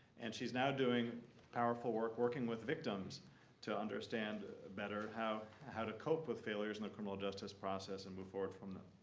and she's now doing powerful work working with victims to understand better how how to cope with failures in and criminal justice process and move forward from them.